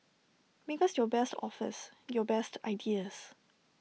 make us your best offers your best ideas